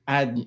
Add